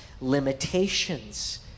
limitations